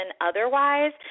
otherwise